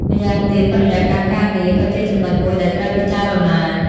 ម្យ៉ាងទៀត បរិយាកាសការងារ ក៏ជាចំណុចមួយដែលត្រូវពិចារណា។